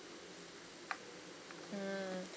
mm